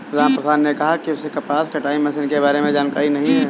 रामप्रसाद ने कहा कि उसे कपास कटाई मशीन के बारे में जानकारी नहीं है